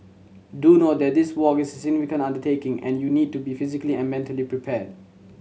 do note that this walk is a significant undertaking and you need to be physically and mentally prepared